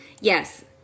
yes